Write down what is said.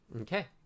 Okay